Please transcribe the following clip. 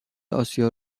آسیا